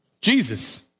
Jesus